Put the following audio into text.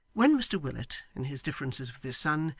when mr willet, in his differences with his son,